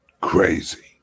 crazy